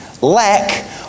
lack